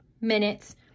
minutes